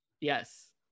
yes